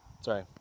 sorry